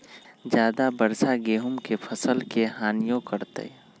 ज्यादा वर्षा गेंहू के फसल के हानियों करतै?